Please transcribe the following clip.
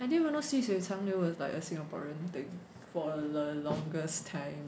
I didn't even know 细水长流 is like a singaporean thing for the longest time